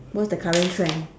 what's the current trend